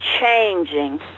changing